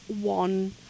one